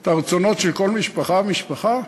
את הרצונות של כל משפחה ומשפחה?